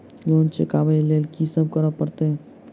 Loan चुका ब लैल की सब करऽ पड़तै?